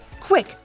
Quick